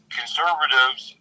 conservatives